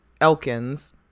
elkins